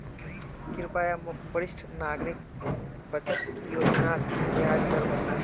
कृप्या मोक वरिष्ठ नागरिक बचत योज्नार ब्याज दर बता